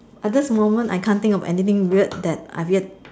at this moment I can't think of anything weird that I've yet